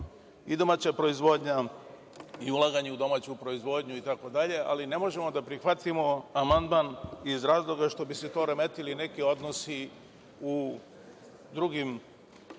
i domaća proizvodnja i ulaganje u domaću proizvodnju itd, ali ne možemo da prihvatimo amandman iz razloga što bi se poremetili neki odnosi u drugim